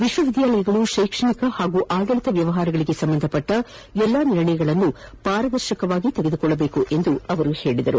ವಿಶ್ವವಿದ್ಯಾಲಯಗಳು ಶೈಕ್ಷಣಿಕ ಹಾಗೂ ಅಡಳಿತ ವ್ಯವಹಾರಗಳಿಗೆ ಸಂಬಂಧಪಟ್ಟ ಎಲ್ಲಾ ನಿರ್ಣಯಗಳನ್ನು ಪಾರದರ್ಶಕವಾಗಿ ತೆಗೆದುಕೊಳ್ಳಬೇಕು ಎಂದು ಹೇಳಿದರು